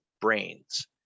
brains